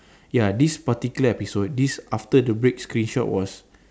ya this particular episode this after the break screenshot was